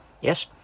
Yes